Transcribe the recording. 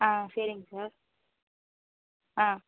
ஆ சரிங்க சார் ஆ